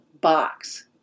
box